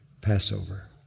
Passover